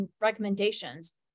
recommendations